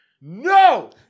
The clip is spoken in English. No